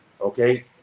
Okay